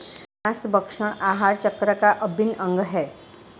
माँसभक्षण आहार चक्र का अभिन्न अंग है